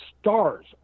stars